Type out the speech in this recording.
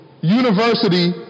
university